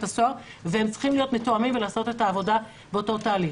הסוהר והם צריכים להיות מתואמים ולעשות את העבודה באותו תהליך.